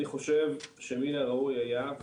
אני חושב שמן הראוי היה,